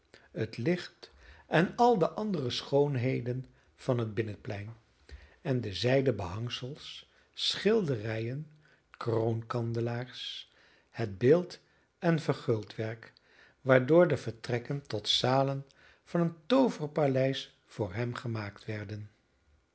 het licht en al de andere schoonheden van het binnenplein en de zijden behangsels schilderijen kroonkandelaars het beeld en verguldwerk waardoor de vertrekken tot zalen van een tooverpaleis voor hem gemaakt werden